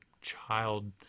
child